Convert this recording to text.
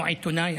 עיתונאי,